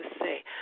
say